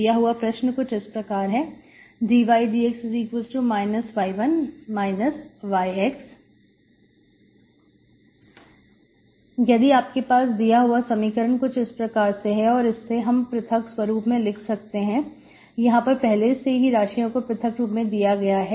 दिया हुआ प्रश्न कुछ इस प्रकार है dydx y1 yx यदि आपके पास दिया दिया हुआ समीकरण कुछ इस प्रकार से है और इससे हम पृथक स्वरूप में लिख सकते हैं यहां पर पहले से ही राशियों को पृथक रूप में दिया गया है